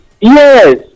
Yes